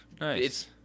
Nice